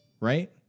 right